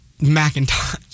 Macintosh